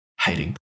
hating